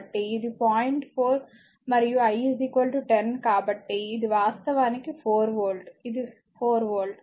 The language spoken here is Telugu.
4 మరియు I 10 కాబట్టి ఇది వాస్తవానికి 4 వోల్ట్ ఇది 4 వోల్ట్